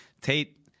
tate